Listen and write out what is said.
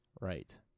Right